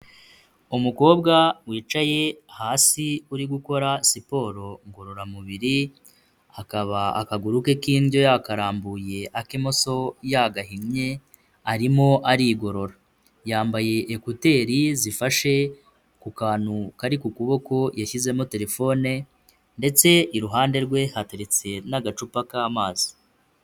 Umukobwa wicaye hasi uri gukora siporo ngororamubiri, akaba akaguru ke k'indyo yakararambuye ak'imoso yagahinnye arimo arigorora. Yambaye ekuteri zifashe ku kantu kari ku kuboko yashyizemo telefone, ndetse iruhande rwe hateretse n'agacupa k'amazi.